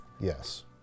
Yes